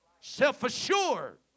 self-assured